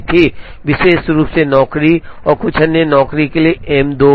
विशेष रूप से नौकरी और कुछ अन्य नौकरी के लिए एम 2 पर